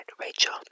Rachel